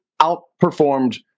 outperformed